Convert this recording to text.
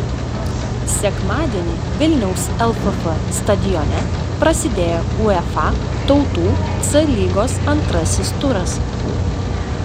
sekmadienį vilniaus lff stadione prasidėjo uefa tautų c lygos antrasis turas